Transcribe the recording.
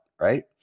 right